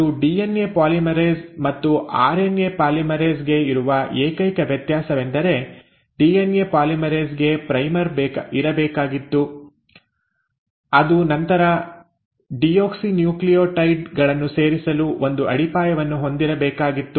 ಮತ್ತು DNA polymerase ಮತ್ತು RNA polymerase ಗೆ ಇರುವ ಏಕೈಕ ವ್ಯತ್ಯಾಸವೆಂದರೆ ಡಿಎನ್ಎ ಪಾಲಿಮರೇಸ್ ಗೆ ಪ್ರೈಮರ್ ಇರಬೇಕಾಗಿತ್ತು ಅದು ನಂತರ ಡಿಯೋಕ್ಸಿನ್ಯೂಕ್ಲಿಯೊಟೈಡ್ ಗಳನ್ನು ಸೇರಿಸಲು ಒಂದು ಅಡಿಪಾಯವನ್ನು ಹೊಂದಿರಬೇಕಾಗಿತ್ತು